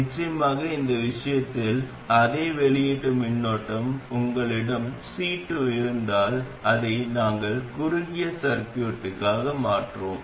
நிச்சயமாக இந்த விஷயத்தில் அதே வெளியீட்டு மின்னோட்டம் உங்களிடம் C2 இருந்தால் அதை நாங்கள் குறுகிய சர்கியூட்டன் மாற்றுகிறோம்